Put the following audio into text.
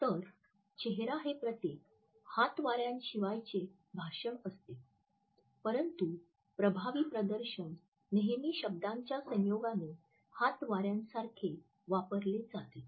तर चेहरा हे प्रतिक हातवाऱ्याशिवायचे भाषण असते परंतु प्रभावी प्रदर्शन नेहमी शब्दांच्या संयोगाने हातावाऱ्यासारखे वापरले जाते